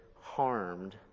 harmed